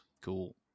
Cool